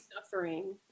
suffering